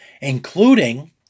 including